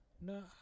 No